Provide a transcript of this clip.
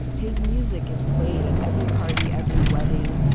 his music is played at every party, every wedding,